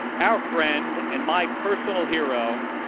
our friend and my personal hero,